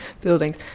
buildings